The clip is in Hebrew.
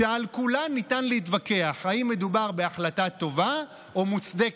הוא "שעל כולן ניתן להתווכח אם מדובר בהחלטה 'טובה' או מוצדקת,